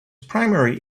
primary